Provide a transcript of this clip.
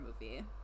movie